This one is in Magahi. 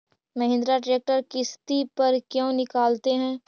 महिन्द्रा ट्रेक्टर किसति पर क्यों निकालते हैं?